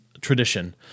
tradition